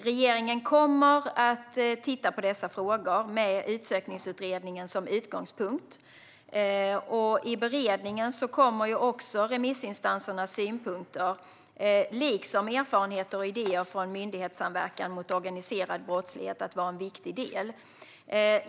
Regeringen kommer att titta på dessa frågor med Utsökningsutredningen som utgångspunkt. I beredningen kommer också remissinstansernas synpunkter liksom erfarenheter och idéer från myndighetssamverkan mot organiserad brottslighet att vara viktiga delar.